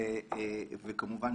וכמובן